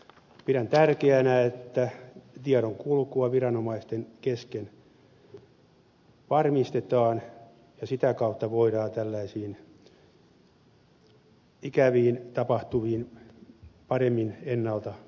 pidän tärkeänä että tiedonkulkua viranomaisten kesken varmistetaan ja sitä kautta voidaan tällaisiin ikäviin tapahtumiin paremmin ennalta puuttua